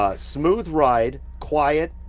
ah smooth ride, quiet,